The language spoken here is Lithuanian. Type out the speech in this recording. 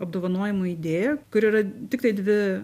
apdovanojimų idėja kur yra tiktai dvi